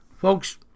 Folks